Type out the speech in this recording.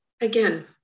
again